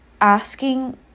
asking